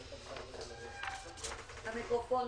אני